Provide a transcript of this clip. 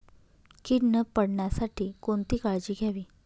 कीड न पडण्यासाठी कोणती काळजी घ्यावी?